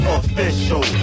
official